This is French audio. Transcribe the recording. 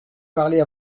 parlé